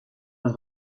los